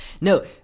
No